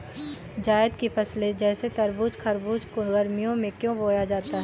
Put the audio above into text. जायद की फसले जैसे तरबूज़ खरबूज को गर्मियों में क्यो बोया जाता है?